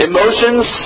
Emotions